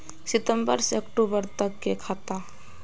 सितम्बर से अक्टूबर तक के खाता?